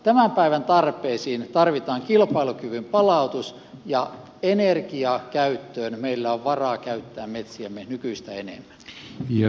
tämän päivän tarpeisiin tarvitaan kilpailukyvyn palautus ja energiakäyttöön meillä on varaa käyttää metsiämme nykyistä enemmän